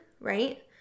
right